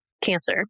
cancer